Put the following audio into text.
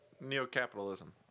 neo-capitalism